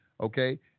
Okay